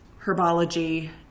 Herbology